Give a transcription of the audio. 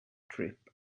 trip